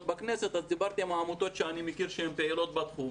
אז דיברתי עם העמותות שאני מכיר שהן פעילות בתחום